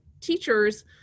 teachers